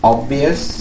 Obvious